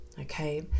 okay